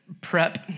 prep